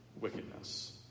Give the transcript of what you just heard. wickedness